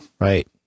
right